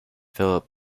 philip